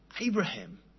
Abraham